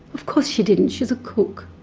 of course she didn't she was a cook.